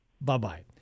Bye-bye